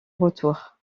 retour